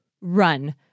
run